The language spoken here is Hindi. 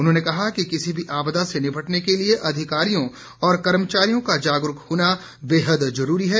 उन्होंने कहा कि किसी भी आपदा से निपटने के लिए अधिकारियों और कर्मचारियों का जागरूक होना बेहद जरूरी है